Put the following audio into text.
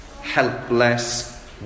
helpless